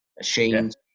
ashamed